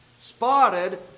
spotted